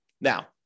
Now